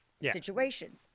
situation